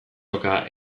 oka